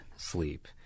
Sleep